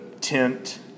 tent